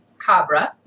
Cabra